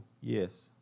yes